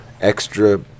extra